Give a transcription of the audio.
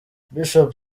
bishop